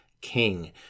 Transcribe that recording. king